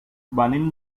venim